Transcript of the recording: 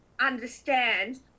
understand